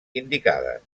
indicades